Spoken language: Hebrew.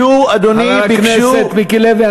חבר הכנסת מיקי לוי,